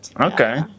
Okay